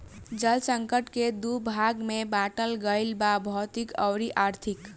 जल संकट के दू भाग में बाटल गईल बा भौतिक अउरी आर्थिक